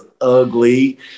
ugly